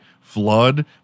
flood